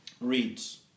reads